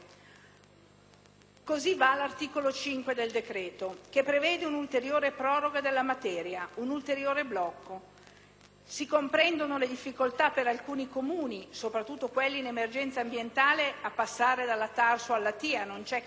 prevede l'articolo 5 del decreto che dispone una ulteriore proroga della materia, un ulteriore blocco. Si comprendono le difficoltà per alcuni Comuni, soprattutto quelli in emergenza ambientale, a passare dalla TARSU alla TIA, non c'è chi non veda